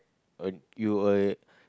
on you uh